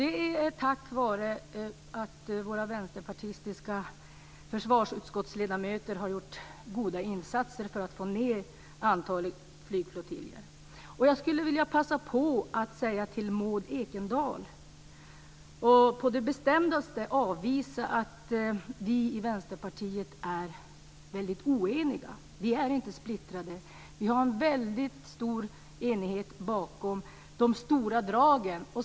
Det är tack vare att våra vänsterpartistiska försvarsutskottsledamöter har gjort goda insatser för att få ned antalet. Jag vill passa på, Maud Ekendahl, att med det bestämdaste avvisa att vi i Vänsterpartiet är oeniga. Vi är inte splittrade. Det finns en väldigt stor enighet bakom de stora dragen.